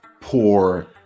poor